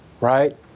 right